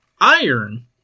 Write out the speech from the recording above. iron